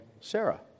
Sarah